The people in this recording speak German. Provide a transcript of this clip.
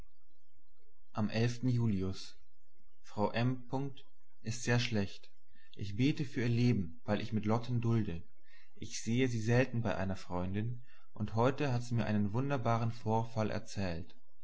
am julius frau m ist sehr schlecht ich bete für ihr leben weil ich mit lotten dulde ich sehe sie selten bei einer freundin und heute hat sie mir einen wunderbaren vorfall erzählt